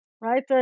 right